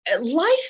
life